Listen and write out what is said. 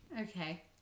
Okay